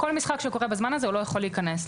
לכל משחק שקורה בזמן הזה הוא לא יכול להיכנס.